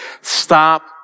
Stop